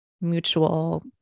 mutual